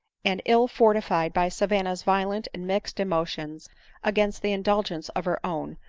and ill fortified by savanna's violent and mixed emotions against the indulgence of her own,